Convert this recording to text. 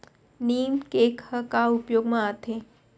नीम cake ह का उपयोग मा आथे?